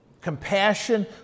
compassion